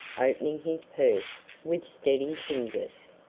opening his purse with steady fingers.